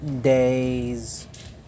days